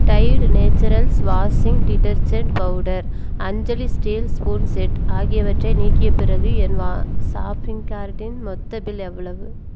Tide naturals washing detergent powder Anjali steel spoon set ஆகியவற்றை நீக்கிய பிறகு என் ஷாப்பிங் கார்ட்டின் மொத்த பில் எவ்வளவு